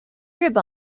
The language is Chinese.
日本